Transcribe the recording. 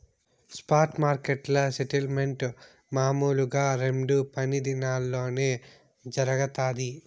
spot మార్కెట్ల settlement మామూలుగా రెండు పని దినాల్లోనే జరగతాది